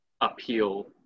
appeal